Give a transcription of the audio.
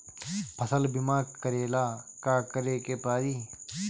फसल बिमा करेला का करेके पारी?